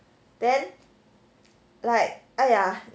then like !aiya!